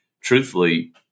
Truthfully